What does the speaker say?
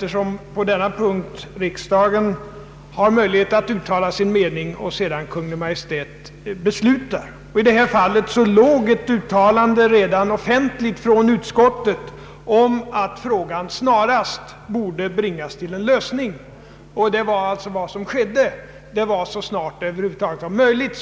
ty på denna punkt har riksdagen möjlighet att uttala sin mening, varefter Kungl. Maj:t fattar beslut, och i det här fallet förelåg redan offentligt ett uttalande från utskottet om att problemet snarast borde bringas till en lösning. Det var vad som skedde. Ett uttalande kom så snart det över huvud taget var möjligt.